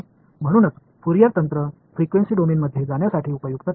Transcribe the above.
எனவே அதனால்தான் ஃபோரியர் நுட்பங்கள் அதிர்வெண் களத்தில் செல்ல பயனுள்ளதாக இருக்கும்